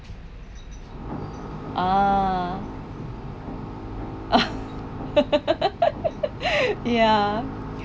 ah ya